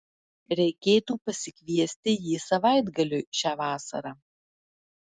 reikėtų pasikviesti jį savaitgaliui šią vasarą